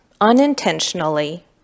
unintentionally